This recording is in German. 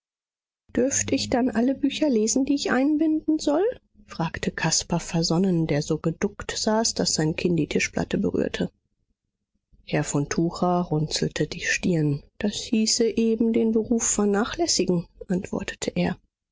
dürft ich dann alle bücher lesen die ich einbinden soll fragte caspar versonnen der so geduckt saß daß sein kinn die tischplatte berührte herr von tucher runzelte die stirn das hieße eben den beruf vernachlässigen antwortete er